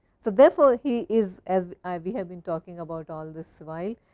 so, therefore he is as we have been talking about all this while.